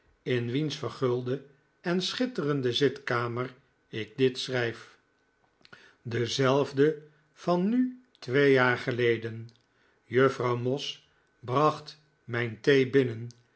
in wiens vergulde en schitterende zitkamer ik dit schrijf dezelfde van nu twee jaar geleden juffrouw moss bracht mijn thee binnen